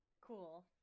Cool